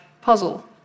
puzzle